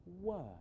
word